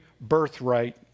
birthright